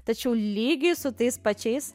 tačiau lygiai su tais pačiais